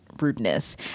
rudeness